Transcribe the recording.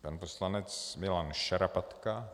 Pan poslanec Milan Šarapatka.